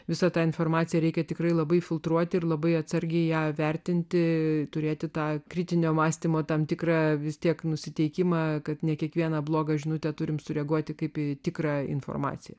visą tą informaciją reikia tikrai labai filtruoti ir labai atsargiai ją vertinti turėti tą kritinio mąstymo tam tikra vis tiek nusiteikimą kad ne kiekvieną blogą žinutę turime sureaguoti kaip į tikrą informaciją